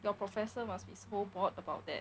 the professor must be so bored about that